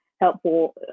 helpful